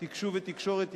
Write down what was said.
תקשוב ותקשורת,